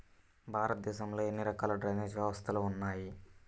భారతదేశంలో ఎన్ని రకాల డ్రైనేజ్ వ్యవస్థలు ఉన్నాయి?